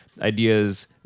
ideas